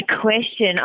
question